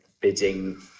bidding